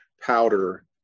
powder